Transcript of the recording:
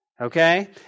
Okay